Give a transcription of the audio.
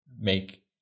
make